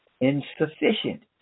insufficient